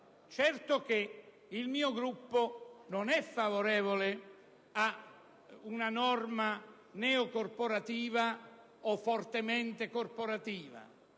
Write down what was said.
certo che il mio Gruppo non è favorevole ad una norma neocorporativa o fortemente corporativa;